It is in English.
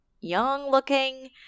young-looking